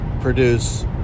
produce